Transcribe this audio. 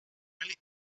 really